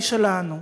היא שלנו.